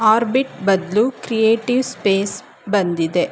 orbit ಬದಲು creative space ಬಂದಿದೆ